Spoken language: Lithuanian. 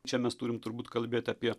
čia mes turim turbūt kalbėt apie